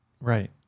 right